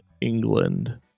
England